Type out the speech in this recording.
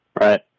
Right